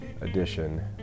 edition